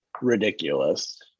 ridiculous